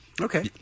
Okay